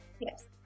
Yes